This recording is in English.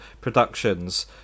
productions